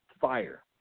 fire